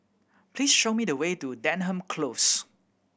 please show me the way to Denham Close